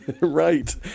Right